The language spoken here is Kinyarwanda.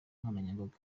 nkoranyambaga